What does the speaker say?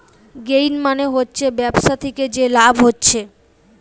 gain মানে হচ্ছে ব্যবসা থিকে যে লাভ হচ্ছে